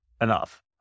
enough